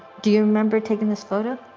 do you remember taking this photo?